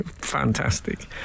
Fantastic